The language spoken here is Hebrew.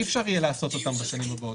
אי אפשר יהיה לעשות אותם בשנים הבאות.